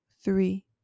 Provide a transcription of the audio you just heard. three